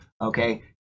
okay